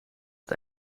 het